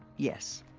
yes.